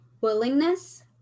willingness